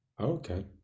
Okay